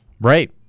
Right